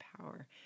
power